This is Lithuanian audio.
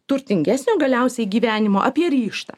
turtingesnio galiausiai gyvenimo apie ryžtą